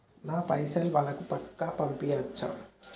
నా పైసలు పక్కా వాళ్ళకు పంపియాచ్చా?